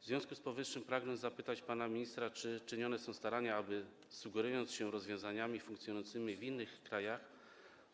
W związku z powyższym pragnę zapytać pana ministra, czy czynione są starania, aby sugerując się rozwiązaniami funkcjonującymi w innych krajach,